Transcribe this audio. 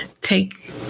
take